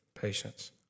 patience